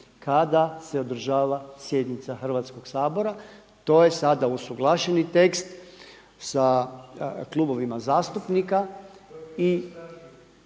kada se održava sjednica Hrvatskog sabora. To je sada usuglašeni tekst sa klubovima zastupnika